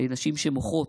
נשים שמוחות,